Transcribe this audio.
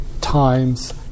times